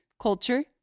culture